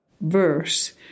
verse